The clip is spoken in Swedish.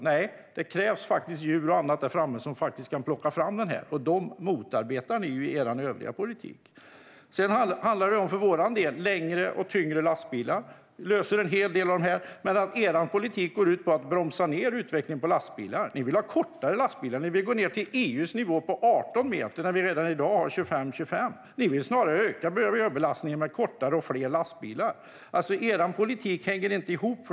Nej, det krävs djur och annat där framme som kan plocka fram den. Det motarbetar ni i er övriga politik. Det handlar för vår del om längre och tyngre lastbilar. Det löser en hel del. Er politik går ut på att bromsa utvecklingen på lastbilar. Ni vill ha kortare lastbilar. Ni vill gå ned till EU:s nivå på 18,75 meter när vi redan i dag har 25,25 meter. Ni vill snarare öka miljöbelastningen med kortare och fler lastbilar. Er politik hänger inte ihop.